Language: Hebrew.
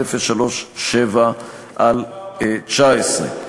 הכנסת, פ/1037/19.